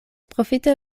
profite